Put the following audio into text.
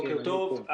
בוקר טוב.